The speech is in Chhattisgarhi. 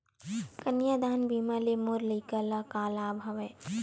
कन्यादान बीमा ले मोर लइका ल का लाभ हवय?